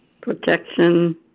Protection